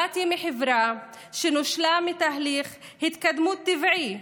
באתי מחברה שנושלה מתהליך התקדמות טבעי,